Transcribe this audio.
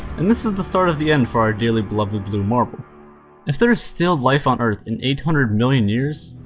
and this is the start of the end for our dearly beloved blue marble if there is still life on earth in eight hundred million years,